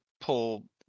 pull